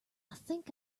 think